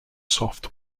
soft